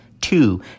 two